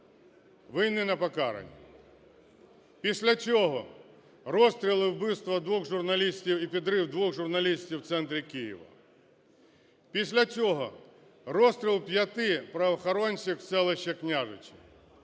Винні не покарані. Після цього – розстріл і вбивства двох журналістів і підрив журналістів в центрі Києва. Після цього – розстріл п'яти правоохоронців в селищі Княжичі.